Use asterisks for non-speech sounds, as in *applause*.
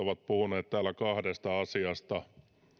*unintelligible* ovat puhuneet täällä kahdesta asiasta